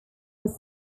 was